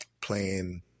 Playing